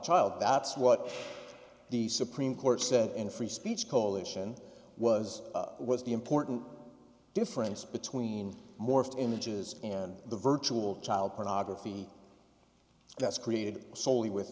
child that's what the supreme court said and free speech coalition was was the important difference between morphed images and the virtual child pornography that's created solely with